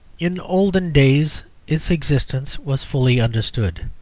in olden days its existence was fully understood.